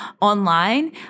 online